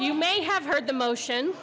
you may have heard the motion